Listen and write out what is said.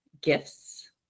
gifts